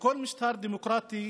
בכל משטר דמוקרטי